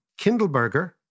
Kindleberger